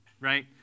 right